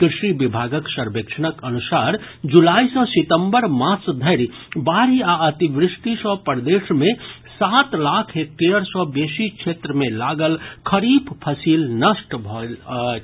कृषि विभागक सर्वेक्षणक अनुसार जुलाई सँ सितम्बर मास धरि बाढ़ि आ अतिवृष्टि सँ प्रदेश मे सात लाख हेक्टेयर सँ बेसी क्षेत्र मे लागल खरीफ फसिल नष्ट भेल अछि